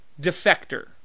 defector